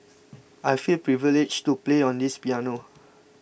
I feel privileged to play on this piano